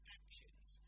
actions